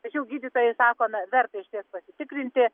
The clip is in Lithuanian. tačiau gydytojai sakome verta išties pasitikrinti